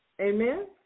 Amen